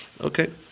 Okay